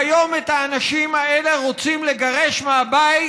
והיום את האנשים האלה רוצים לגרש מהבית,